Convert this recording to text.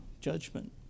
judgment